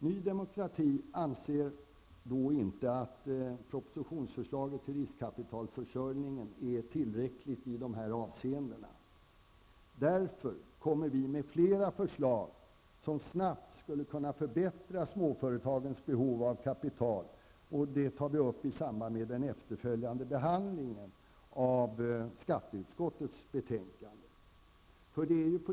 Ny Demokrati anser inte att propositionsförslaget till riskkapitalförsörjning är tillräckligt i dessa avseenden. Därför kommer vi med flera förslag som snabbt skulle kunna förbättra småföretagens situation när det gäller behovet av kapital. Det tar vi upp i samband med den efterföljande behandlingen av skatteutskottets betänkande.